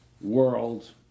world